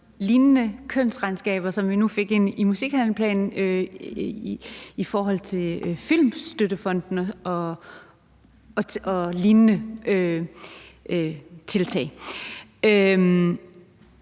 lignende kønsregnskaber, som vi nu fik ind i musikhandleplanen, i forhold til filmstøttefondene og lignende.